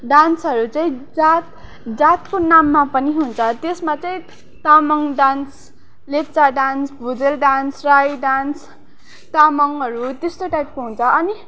डान्सहरू चाहिँ जात जातको नाममा पनि हुन्छ त्यसमा चाहिँ Tamang dance Lepcha dance Bhujel dance Rai dance तामङहरू तेस्तो टाइपको हुन्छ अनि